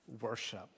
worship